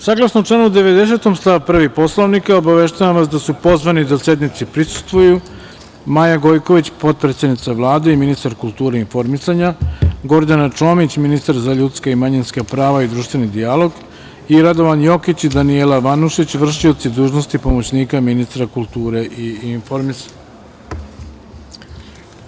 Saglasno članu 90. stav 1. Poslovnika, obaveštavam vas da su pozvani da sednici prisustvuju Maja Gojković, potpredsednica Vlade i ministar kulture i informisanja, Gordana Čomić, ministar za ljudska i manjinska prava i društveni dijalog i Radovan Jokić i Danijela Vanušić, vršioci dužnosti pomoćnika ministra kulture i informisanja.